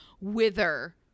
wither